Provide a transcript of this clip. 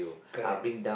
correct